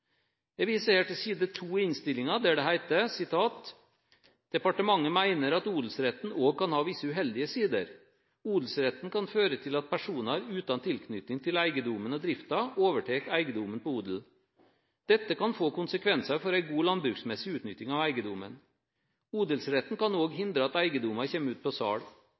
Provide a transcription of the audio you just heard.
Jeg viser her til side 2 i innstillingen, der det heter: «Departementet meiner at odelsretten òg kan ha visse uheldige sider. Odelsretten kan føre til at personar utan tilknyting til eigedomen og drifta overtek eigedomen på odel. Dette kan få konsekvensar for ei god landbruksmessig utnytting av eigedomen. Odelsretten kan òg hindre at eigedomar kjem ut på sal.